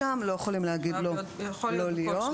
יכולים להגיד להם לא להיות.